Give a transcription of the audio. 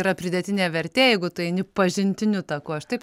yra pridėtinė vertė jeigu tu eini pažintiniu taku aš taip